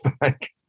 back